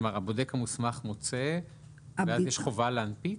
הבודק המוסמך מוצא ואז יש חובה להנפיק?